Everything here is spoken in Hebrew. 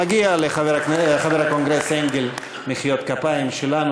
מגיע לחבר הקונגרס אנגל מחיאות כפיים שלנו.